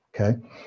Okay